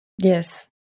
Yes